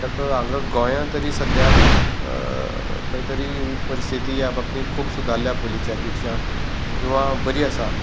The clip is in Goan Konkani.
म्हणटकत हांगा गोंयां तरी सद्द्याक खंय तरी परिस्थिती ह्या बाबतीन खूब सुदारल्या पयलींच्या पेक्षा किंवा बरी आसा